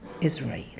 Israel